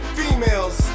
females